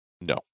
No